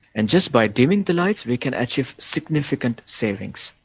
and just by dimming the lights we can achieve significant savings.